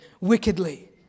wickedly